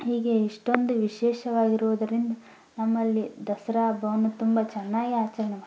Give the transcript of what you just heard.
ಹೀಗೆ ಇಷ್ಟೊಂದು ವಿಶೇಷವಾಗಿರುವುದರಿಂದ ನಮ್ಮಲ್ಲಿ ದಸರಾ ಹಬ್ಬವನ್ನು ತುಂಬ ಚೆನ್ನಾಗಿ ಆಚರಣೆ ಮ